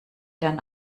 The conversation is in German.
dann